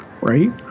right